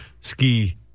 ski